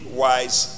wise